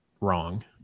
wrong